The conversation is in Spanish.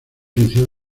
liceo